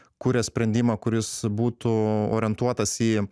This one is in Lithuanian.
kuria sprendimą kuris būtų orientuotas į